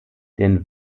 den